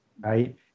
right